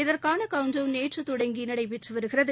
இதற்கான countdown நேற்று தொடங்கி நடைபெற்று வருகிறது